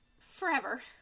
forever